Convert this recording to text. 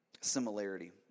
similarity